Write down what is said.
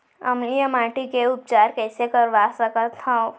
अम्लीय माटी के उपचार कइसे करवा सकत हव?